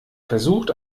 versucht